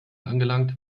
angelangt